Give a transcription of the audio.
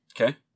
Okay